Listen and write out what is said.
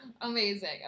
Amazing